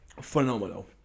phenomenal